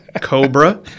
Cobra